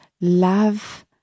love